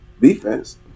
Defense